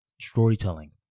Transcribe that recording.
storytelling